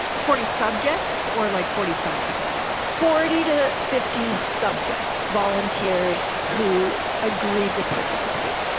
forty subjects or like forty scientists, forty to fifty subjects, volunteers who agreed to participate.